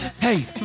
Hey